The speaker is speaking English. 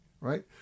right